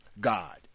God